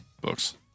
books